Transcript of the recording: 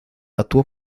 actuó